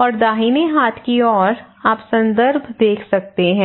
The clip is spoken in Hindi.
और दाहिने हाथ की ओर आप संदर्भ देख सकते हैं